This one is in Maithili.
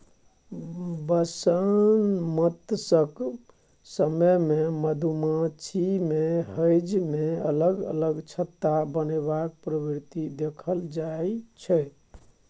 बसंमतसक समय मे मधुमाछी मे हेंज मे अलग अलग छत्ता बनेबाक प्रवृति देखल जाइ छै